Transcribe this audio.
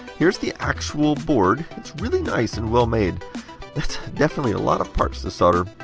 here's the actual board. it's really nice and well made. that's definitely a lot of parts to solder!